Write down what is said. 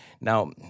Now